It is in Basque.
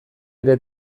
ere